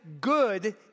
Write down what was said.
good